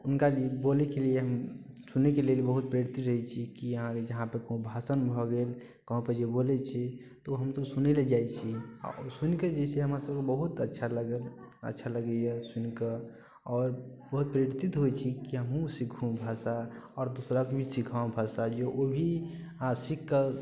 हुनका बोलैके लिए सुनैके लेल बहुत प्रेरित रहे छी की अहाँ जहाँपर कोनो भाषण भऽ गेल कहुँपर जे बोले छी तऽ ओ हमसब सुनै लए जाइ छी आओर ओ सुनिके जे छै हमरा सबके बहुत अच्छा लगल अच्छा लगैये सुनिके आओर बहुत प्रेरित होइ छी की हमहुँ सीखू भाषा आओर दूसराके भी सीखाउ भाषा जे ओ भी सीखकऽ